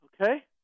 Okay